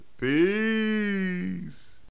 Peace